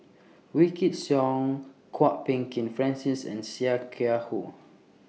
Wykidd Song Kwok Peng Kin Francis and Sia Kah Hui